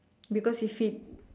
because if it